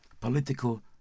Political